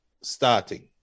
starting